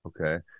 Okay